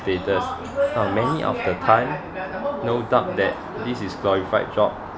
status for many of the time no doubt that this is glorified job